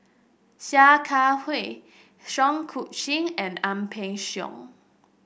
Sia Kah Hui Seah Eu Chin and Ang Peng Siong